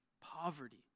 poverty